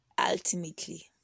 ultimately